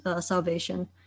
salvation